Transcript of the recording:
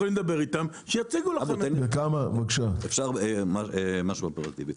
יכולים לדבר איתם --- אפשר משהו אופרטיבי.